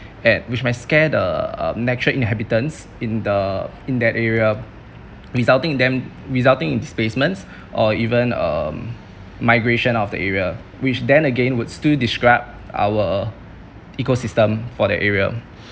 at which might scare the um natural inhabitants in the uh in that area resulting in them resulting in displacements or even um migration of the area which then again would still disrupt our eco system for the area